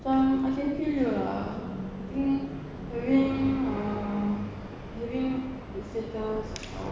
macam I can feel you lah I think having uh having status